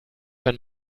wenn